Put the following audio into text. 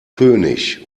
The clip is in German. könig